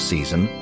Season